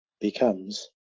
becomes